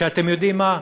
ואתם יודעים מה?